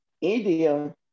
India